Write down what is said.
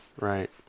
right